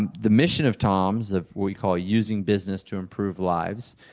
and the mission of toms, of what we call using business to improve lives,